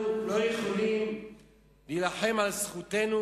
אנחנו לא יכולים להילחם על זכותנו?